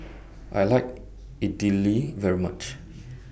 I like Idili very much